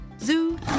Zoo